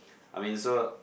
I mean so